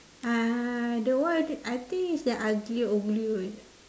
uh that one I think it is the aglio-olio is it